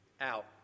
out